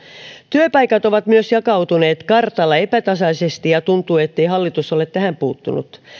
työpaikat ovat myös jakautuneet kartalla epätasaisesti ja tuntuu ettei hallitus ole tähän puuttunut